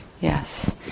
Yes